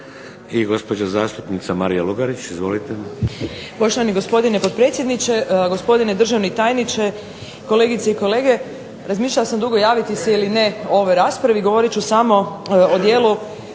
I gospođa zastupnica Marija Lugarić. Izvolite. **Lugarić, Marija (SDP)** Poštovani gospodine potpredsjedniče, gospodine državni tajniče, kolegice i kolege, razmišljala sam dugo javiti se ili ne u ovoj raspravi, govoriti ću samo o dijelu